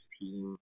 team